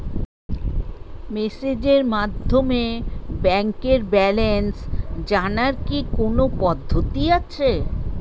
মেসেজের মাধ্যমে ব্যাংকের ব্যালেন্স জানার কি কোন পদ্ধতি আছে?